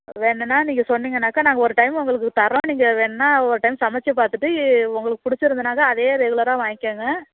வேணுன்னா நீங்கள் சொன்னீங்கனாக்கா நாங்கள் ஒரு டைம் உங்களுக்கு தரோம் நீங்கள் வேணுன்னா ஒரு டைம் சமைச்சி பார்த்துட்டு உங்களுக்கு பிடிச்சிருந்ததுனாக்கா அதையே ரெகுலராக வாங்கிக்கங்க